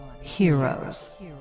Heroes